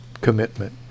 commitment